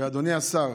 אדוני השר,